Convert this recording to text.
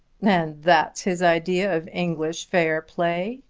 and that's his idea of english fair play?